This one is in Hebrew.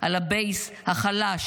עבדך ואמתך ובהמתך,